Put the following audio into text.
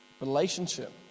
relationship